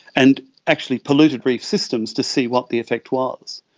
and actually polluted reef systems to see what the effect was.